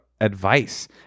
advice